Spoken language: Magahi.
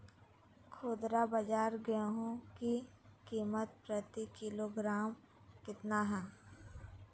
खुदरा बाजार गेंहू की कीमत प्रति किलोग्राम कितना है?